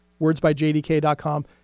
wordsbyjdk.com